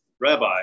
Rabbi